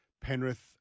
Penrith